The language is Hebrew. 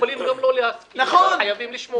יכולים גם לא להסכים אבל חייבים לשמוע.